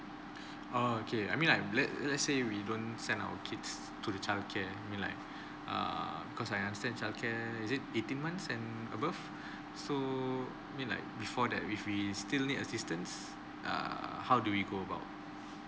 oh okay I mean like let let's say we don't send our kids to the childcare mean like err because I understand childcare is it eighteen months and above so mean like before that if we still need assistants err how do we go about